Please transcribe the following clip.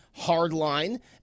Hardline